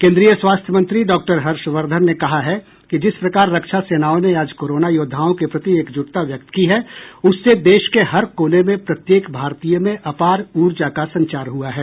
केन्द्रीय स्वास्थ्य मंत्री डॉ हर्षवर्धन ने कहा है कि जिस प्रकार रक्षा सेनाओं ने आज कोरोना योद्वाओं को प्रति एकजुटता व्यक्त की है उससे देश के हर कोने में प्रत्येक भारतीय में अपार ऊर्जा का संचार हुआ हैं